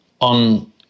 on